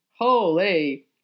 holy